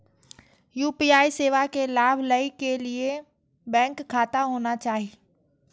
UPI सेवा के लाभ लै के लिए बैंक खाता होना चाहि?